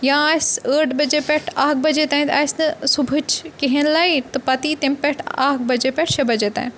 یا آسہِ ٲٹھ بَجے پٮ۪ٹھ اَکھ بَجے تانٮ۪تھ آسہِ نہٕ صُبحٕچ کِہیٖنۍ لایِٹ تہٕ پَتہٕ یی تمہِ پٮ۪ٹھ اَکھ بَجے پٮ۪ٹھ شیےٚ بَجے تانۍ